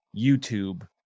YouTube